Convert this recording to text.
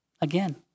Again